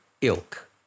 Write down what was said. ilk